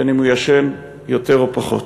בין אם הוא ישן יותר או פחות.